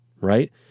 right